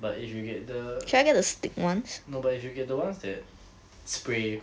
but if you get the no but if you get the ones that spray